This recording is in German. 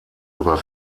über